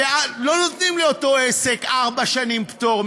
לא נותנים לאותו עסק ארבע שנים פטור,